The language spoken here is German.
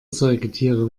säugetiere